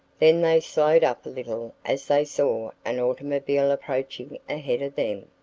then they slowed up a little as they saw an automobile approaching ahead of them.